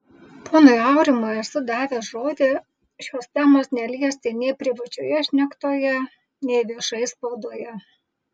ponui aurimui esu davęs žodį šios temos neliesti nei privačioje šnektoje nei viešai spaudoje